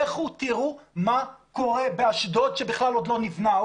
לכו תראו מה קורה באשדוד שבכלל עוד לא נבנה,